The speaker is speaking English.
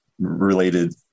related